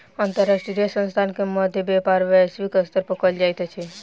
अंतर्राष्ट्रीय संस्थान के मध्य व्यापार वैश्विक स्तर पर कयल जाइत अछि